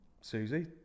Susie